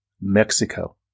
Mexico